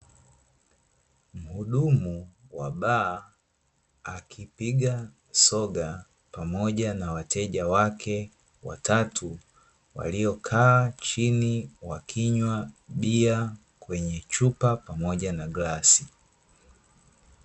Mhudumu wa baa akipiga soga pamoja na wateja wake watatu, waliokaa chini wakinywa bia kwenye chupa pamoja na glasi.